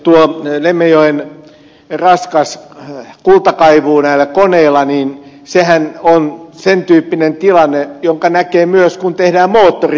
tuo lemmenjoen raskas kultakaivu näillä koneilla sehän on sen tyyppinen tilanne jonka näkee myös kun tehdään moottoritietä